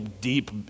deep